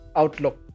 outlook